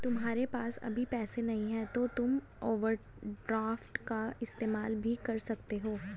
तुम्हारे पास अभी पैसे नहीं है तो तुम ओवरड्राफ्ट का इस्तेमाल भी कर सकते हो